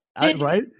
Right